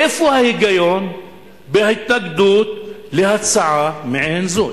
איפה ההיגיון בהתנגדות להצעה מעין זאת?